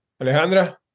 Alejandra